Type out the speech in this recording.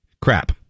Crap